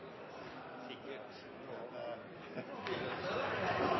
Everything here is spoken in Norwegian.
en